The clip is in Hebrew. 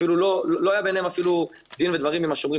לא היה ביניהם אפילו דין ודברים עם השומרים,